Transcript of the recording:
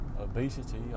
obesity